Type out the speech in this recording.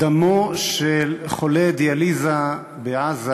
דמו של חולה דיאליזה בעזה,